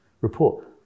report